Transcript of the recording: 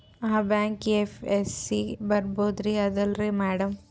ಆ bank IFSC ಬರೊಬರಿ ಅದಲಾರಿ ಮ್ಯಾಡಂ?